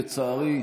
לצערי,